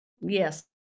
Yes